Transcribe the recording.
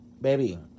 baby